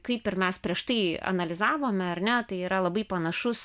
kaip ir mes prieš tai analizavome ar ne tai yra labai panašus